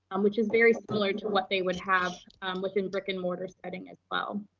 um which is very similar to what they would have within brick and mortar setting as well.